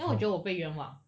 then 我觉得我被冤枉